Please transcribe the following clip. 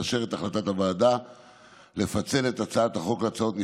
לאשר את החלטת הוועדה לפצל את הצעת את הצעת החוק להצעות חוק